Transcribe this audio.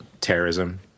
terrorism